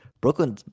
Brooklyn